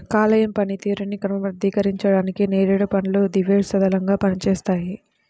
కాలేయం పనితీరుని క్రమబద్ధీకరించడానికి నేరేడు పండ్లు దివ్యౌషధంలా పనిచేస్తాయి